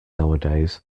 nowadays